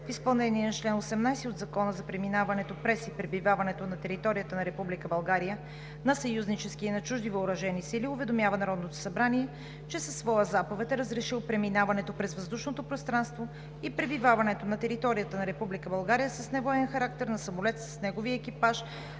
в изпълнение на чл. 18 от Закона за преминаването през и пребиваването на територията на Република България на съюзнически и на чужди въоръжени сили уведомява Народното събрание, че със своя заповед е разрешил преминаването през въздушното пространство и пребиваването на територията на Република България с невоенен характер на самолет с неговия екипаж